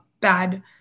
bad